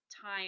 time